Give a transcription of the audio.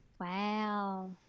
Wow